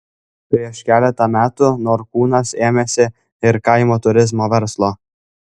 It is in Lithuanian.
prieš keletą metų norkūnas ėmėsi ir kaimo turizmo verslo